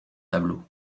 tableaux